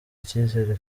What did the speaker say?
icyizere